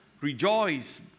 rejoice